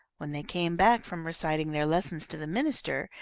when they came back from reciting their lessons to the minister,